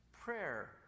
prayer